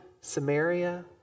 Samaria